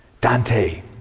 Dante